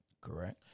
Correct